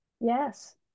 Yes